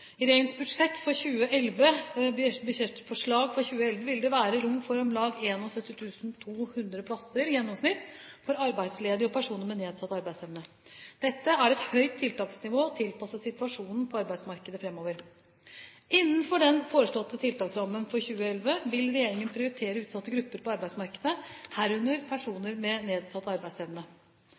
I regjeringens budsjettforslag for 2011 vil det være rom for om lag 71 200 plasser i gjennomsnitt for arbeidsledige og personer med nedsatt arbeidsevne. Dette er et høyt tiltaksnivå tilpasset situasjonen på arbeidsmarkedet framover. Innenfor den foreslåtte tiltaksrammen for 2011 vil regjeringen prioritere utsatte grupper på arbeidsmarkedet, herunder personer med nedsatt arbeidsevne.